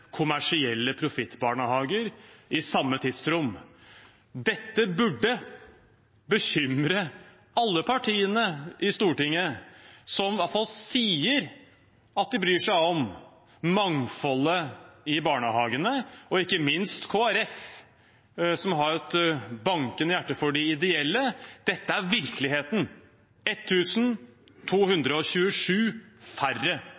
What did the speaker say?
kommersielle profittbarnehager i samme tidsrom. Dette burde bekymre alle partiene i Stortinget, som i hvert fall sier at de bryr seg om mangfoldet i barnehagene, og ikke minst Kristelig Folkeparti, som har et bankende hjerte for de ideelle. Dette er virkeligheten – 1 227 færre